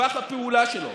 טווח הפעולה שלו.